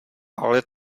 ale